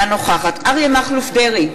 אינה נוכחת אריה מכלוף דרעי,